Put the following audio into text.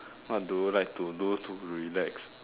what do you like to do to relax